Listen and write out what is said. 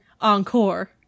Encore